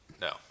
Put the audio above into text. No